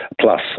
plus